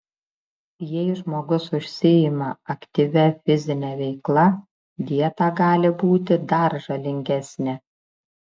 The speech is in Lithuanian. jei žmogus užsiima aktyvia fizine veikla dieta gali būti dar žalingesnė